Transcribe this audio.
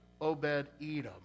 Obed-Edom